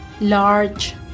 large